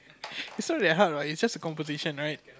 this not that hard what it's just a conversation right